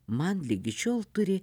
man ligi šiol turi